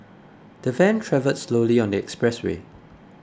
the van travelled slowly on the expressway